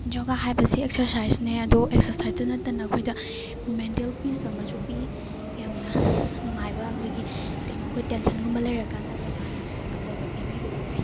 ꯌꯣꯒꯥ ꯍꯥꯏꯕꯁꯤ ꯑꯦꯛꯁꯔꯁꯥꯏꯖꯅꯦ ꯑꯗꯣ ꯑꯦꯛꯁꯔꯁꯥꯏꯖꯇ ꯅꯠꯇꯅ ꯑꯩꯈꯣꯏꯗ ꯃꯦꯟꯇꯦꯜ ꯄꯤꯁ ꯑꯃꯁꯨ ꯄꯤ ꯌꯥꯝꯅ ꯅꯨꯡꯉꯥꯏꯕ ꯑꯩꯈꯣꯏꯒꯤ ꯀꯩꯅꯣ ꯑꯩꯈꯣꯏ ꯇꯦꯟꯁꯟꯒꯨꯝꯕ ꯂꯩꯕꯀꯥꯟꯗ ꯌꯣꯒꯥꯅ ꯑꯐꯕ ꯄꯤꯕꯤꯕꯗꯣ ꯑꯣꯏ